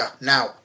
Now